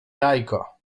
jajko